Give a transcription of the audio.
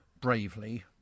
bravely